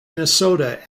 minnesota